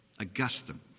Augustine